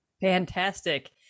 Fantastic